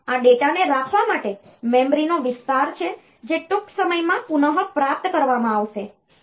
તેથી આ ડેટાને રાખવા માટે મેમરીનો વિસ્તાર છે જે ટૂંક સમયમાં પુનઃપ્રાપ્ત કરવામાં આવશે